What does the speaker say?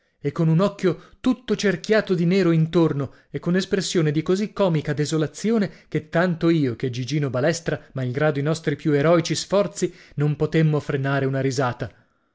e con un occhio tutto cerchiato di nero intorno e con espressione di così comica desolazione che tanto io che gigino balestra malgrado i nostri più eroici sforzi non potemmo frenare una risata